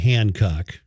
Hancock